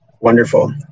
wonderful